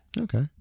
Okay